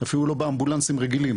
אפילו לא באמבולנסים רגילים